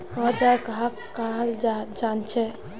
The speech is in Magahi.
औजार कहाँ का हाल जांचें?